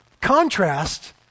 Contrast